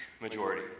majority